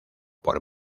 por